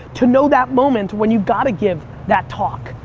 to know that moment when you've got to give that talk.